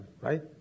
right